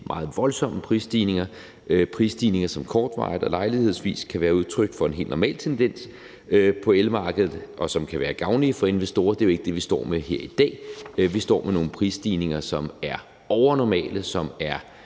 til voldsomme prisstigninger – prisstigninger, som kortvarigt og lejlighedsvis kan være udtryk for en helt normal tendens på elmarkedet, og som kan være gavnlig for investorer, men det er jo ikke det, vi står med her i dag. Vi står med nogle prisstigninger, som er overnormale, og som er